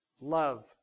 love